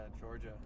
Georgia